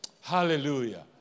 Hallelujah